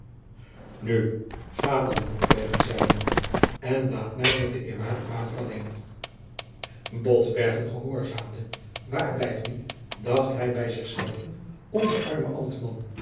nu ga dan botbergen zeide mom en laat mij met den eerwaarden pater alleen botbergen gehoorzaamde waar blijft nu dacht hij bij zich zelven onze arme ambtman